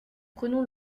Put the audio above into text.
prenons